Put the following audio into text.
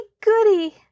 goody